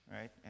right